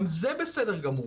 גם זה בסדר גמור,